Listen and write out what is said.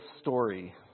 story